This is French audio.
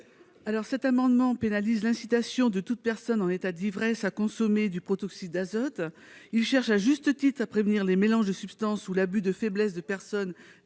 objet de pénaliser l'incitation de toute personne en état d'ivresse à consommer du protoxyde d'azote. Ses auteurs cherchent à juste titre à prévenir les mélanges de substances ou l'abus de faiblesse de personnes qui